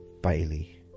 Bailey